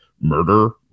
murder